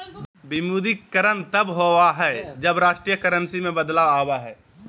विमुद्रीकरण तब होबा हइ, जब राष्ट्रीय करेंसी में बदलाव आबा हइ